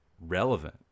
relevant